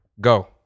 go